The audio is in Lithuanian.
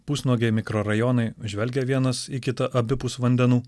pusnuogiai mikrorajonai žvelgia vienas į kitą abipus vandenų